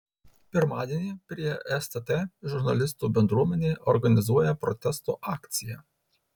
pirmadienį prie stt žurnalistų bendruomenė organizuoja protesto akciją